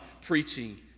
preaching